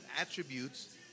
attributes